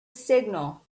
signal